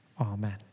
Amen